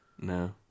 No